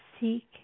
seek